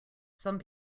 some